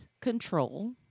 control